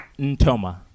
Ntoma